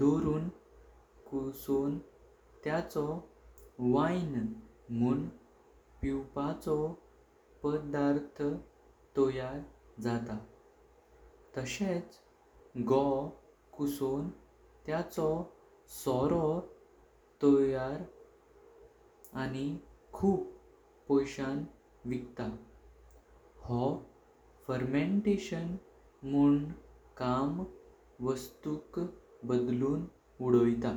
दॊरून कुसॊं त्याचॊ वाइन म्हुन पिवपाचॊ पदार्थ तयार जात। तशेच घवॊं कुसॊं त्याचॊ सॊरो करतात आनी खूफ पॊयशान विखता। हो फर्मेन्टेशन म्हुन कामं वस्तुक बदलून उदॊयता।